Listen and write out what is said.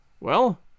Well